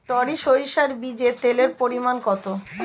টরি সরিষার বীজে তেলের পরিমাণ কত?